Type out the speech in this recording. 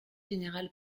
général